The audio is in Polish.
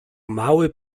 mały